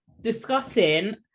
discussing